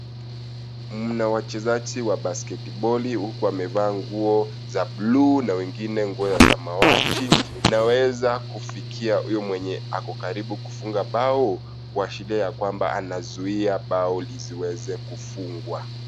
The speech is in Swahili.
Mna wachezaji wa basketiboli huku wamevaa nguo za bluu na wengine nguo ya samawati naweza kufikia huyu mwenye ako karibu kufunga bao ? kuashiria ya kwamba anazuia bao lisiweze kufungwa.